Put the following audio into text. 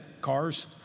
cars